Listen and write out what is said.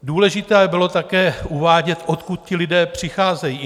Důležité bylo také uvádět, odkud ti lidé přicházejí.